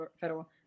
federal